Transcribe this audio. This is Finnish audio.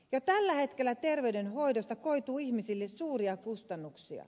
jo tällä hetkellä terveydenhoidosta koituu ihmisille suuria kustannuksia